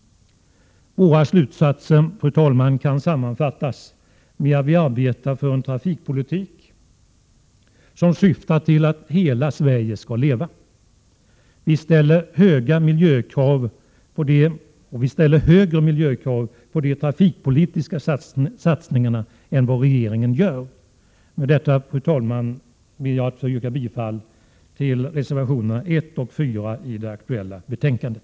Våra slutsatser, fru talman, kan sammanfattas med att vi arbetar för en trafikpolitik som syftar till att ”Hela Sverige ska leva”. Vi ställer högre miljökrav på de trafikpolitiska satsningarna än vad regeringen gör. Fru talman! Med detta ber jag att få yrka bifall till reservationerna 1 och 4i det aktuella betänkandet.